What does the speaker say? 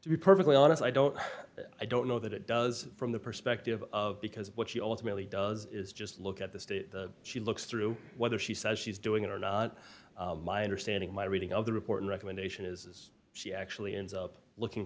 to be perfectly honest i don't i don't know that it does from the perspective of because what she ultimately does is just look at the state she looks through whether she says she's doing it or not my understanding my reading of the report recommendation is she actually ends up looking